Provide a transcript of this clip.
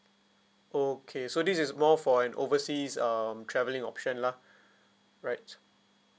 okay so this is more for an overseas um travelling option lah right